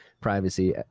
privacy